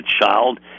child